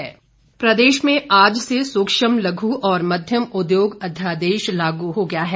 अध्यादेश प्रदेश में आज से सूक्ष्म लघु और मध्यम उद्योग अध्यादेश लागू हो गया है